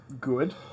good